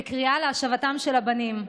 בקריאה להשבתם של הבנים,